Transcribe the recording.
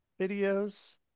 videos